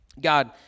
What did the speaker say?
God